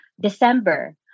December